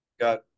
Got